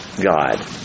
God